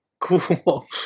cool